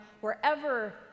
wherever